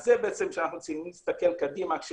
כלומר אנחנו צריכים להסתכל קדימה כאשר